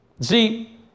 See